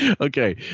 Okay